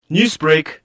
Newsbreak